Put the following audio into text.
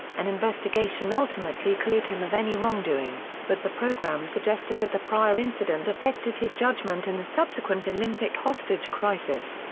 an investigation ultimately cleared him of any wrongdoing, but the program suggested that the prior incident affected his judgment in the subsequent olympic hostage crisis.